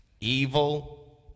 Evil